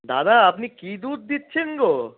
দাদা আপনি কী দুধ দিচ্ছেন গো